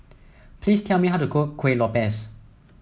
please tell me how to cook Kuih Lopes